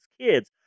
kids